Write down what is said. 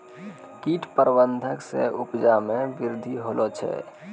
कीट प्रबंधक से उपजा मे वृद्धि होलो छै